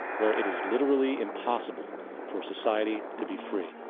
where it is literally impossible for society to be free.